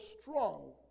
strong